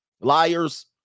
liars